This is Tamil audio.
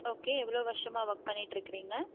ஓகே எவ்வளோ வருஷமாக ஒர்க் பண்ணிட்டுருக்குறீங்க